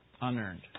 unearned